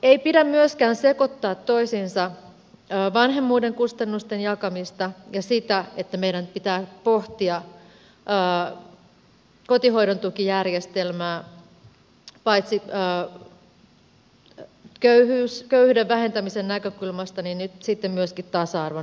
ei pidä myöskään sekoittaa toisiinsa vanhemmuuden kustannusten jakamista ja sitä että meidän pitää pohtia kotihoidon tukijärjestelmää paitsi köyhyyden vähentämisen näkökulmasta myöskin sitten tasa arvon näkökulmasta